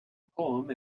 poem